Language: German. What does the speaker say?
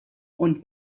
und